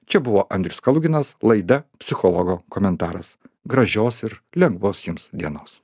čia buvo andrius kaluginas laida psichologo komentaras gražios ir lengvos jums dienos